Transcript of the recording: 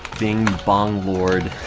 bing bonglord